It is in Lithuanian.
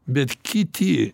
bet kiti